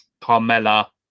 carmela